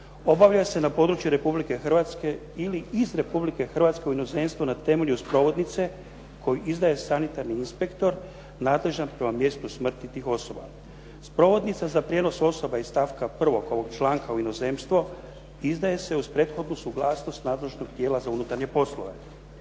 obavlja se na području Republike Hrvatske ili iz Republike Hrvatske u inozemstvo na temelju sprovodnice koju izdaje sanitarni inspektor nadležan prema mjestu smrti tih osoba. Sprovodnica za prijenos osoba iz stavka 1. ovog članka u inozemstvo izdaje se uz prethodnu suglasnost nadležnog tijela za unutarnje poslove.".